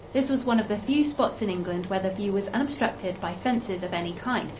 this was one of the few spots in england where the view was unobstructed by fences of any kind,